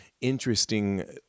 interesting